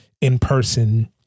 in-person